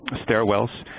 stairwells,